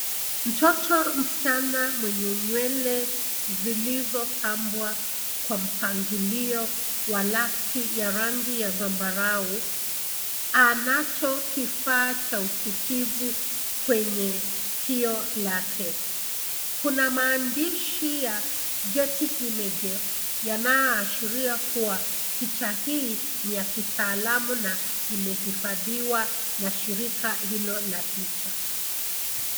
Mtoto msichana mwenye nywele zilizopambwa kwa mpangilio wa lasti ya rangi ya zambarau anacho kifaa cha usikivu kwenye sikio lake, kuna maandishi ya getty images kuwa picha hii ni ya kitaalamu na imehifadhiwa na shirika hilo la picha.